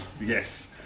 Yes